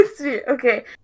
okay